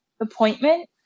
appointment